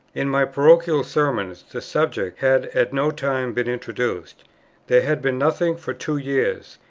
in my parochial sermons the subject had at no time been introduced there had been nothing for two years,